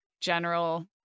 general